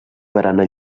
barana